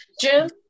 Jim